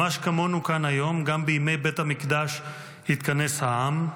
ממש כמונו כאן היום, גם בימי בית המקדש התכנס העם,